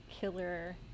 killer